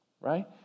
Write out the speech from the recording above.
Right